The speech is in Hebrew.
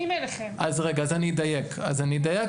אז רגע אז אני אדייק אז אני אדייק,